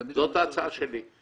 זאת ההצעה שלי.